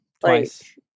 twice